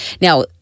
Now